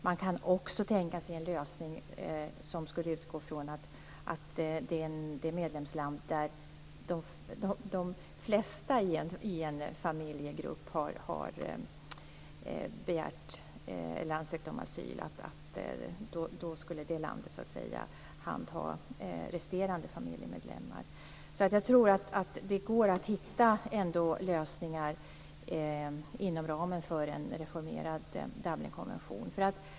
Man kan också tänka sig en lösning som skulle utgå från att det medlemsland där de flesta i en familjegrupp har ansökt om asyl skulle handha resterande familjemedlemmar. Jag tror att det går att hitta lösningar inom ramen för en reformerad Dublinkonvention.